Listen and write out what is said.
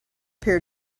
peer